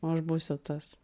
o aš būsiu tas